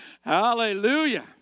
Hallelujah